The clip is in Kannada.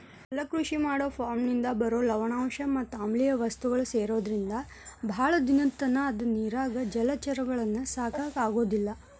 ಜಲಕೃಷಿ ಮಾಡೋ ಫಾರ್ಮನಿಂದ ಬರುವ ಲವಣಾಂಶ ಮತ್ ಆಮ್ಲಿಯ ವಸ್ತುಗಳು ಸೇರೊದ್ರಿಂದ ಬಾಳ ದಿನದತನ ಅದ ನೇರಾಗ ಜಲಚರಗಳನ್ನ ಸಾಕಾಕ ಆಗೋದಿಲ್ಲ